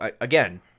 again